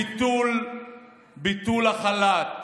ביטול החל"ת